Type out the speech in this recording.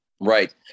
Right